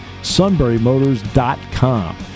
sunburymotors.com